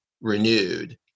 renewed